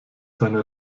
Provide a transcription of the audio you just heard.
seine